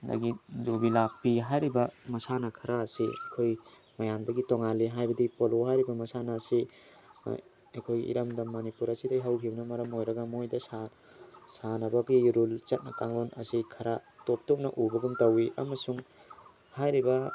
ꯑꯗꯨꯗꯒꯤ ꯌꯨꯕꯤ ꯂꯥꯛꯄꯤ ꯍꯥꯏꯔꯤꯕ ꯃꯁꯥꯟꯅ ꯈꯔ ꯑꯁꯤ ꯑꯩꯈꯣꯏ ꯃꯌꯥꯝꯗꯒꯤ ꯇꯣꯉꯥꯜꯂꯤ ꯍꯥꯏꯕꯗꯤ ꯄꯣꯂꯣ ꯍꯥꯏꯔꯤꯕ ꯃꯁꯥꯟꯅ ꯑꯁꯤ ꯑꯩꯈꯣꯏ ꯏꯔꯝꯗꯝ ꯃꯅꯤꯄꯨꯔ ꯑꯁꯤꯗꯒꯤ ꯍꯧꯈꯤꯕꯅ ꯃꯔꯝ ꯑꯣꯏꯔꯒ ꯃꯣꯏꯗ ꯁꯥꯟꯅꯕꯒꯤ ꯔꯨꯜ ꯆꯠꯅ ꯀꯥꯡꯂꯣꯟ ꯑꯁꯤ ꯈꯔ ꯇꯣꯞ ꯇꯣꯞꯅ ꯎꯕꯒꯨꯝ ꯇꯧꯏ ꯑꯃꯁꯨꯡ ꯍꯥꯏꯔꯤꯕ